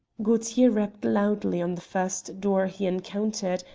gaultier rapped loudly on the first door he encountered,